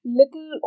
little